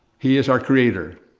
he is our creator.